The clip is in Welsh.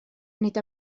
nid